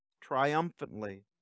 triumphantly